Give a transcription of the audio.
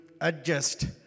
adjust